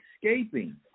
escaping